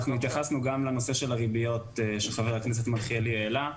אנחנו התייחסנו גם לנושא של הריביות שח"כ מלכיאלי העלה,